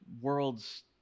world's